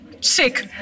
Sick